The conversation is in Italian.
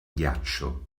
ghiaccio